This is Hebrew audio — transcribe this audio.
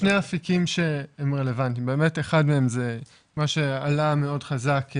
שני אפיקים שהם רלוונטיים: אחד מהם שעלה מאוד חזק,